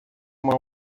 uma